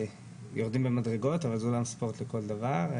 יורדים במדרגות אבל זה אולם ספורט לכל דבר.